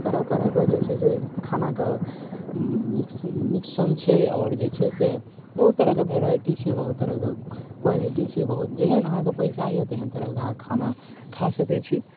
तरह तरहके जे छै से खानाके मिक्स मिक्सन छै आओर जे छै से बहुत तरहके वेराइटी छै बहुत तरहके क्वालिटी छै बहुत जहन अहाँके पइसा अइ तेहन तरहके अहाँके खाना खा सकै छी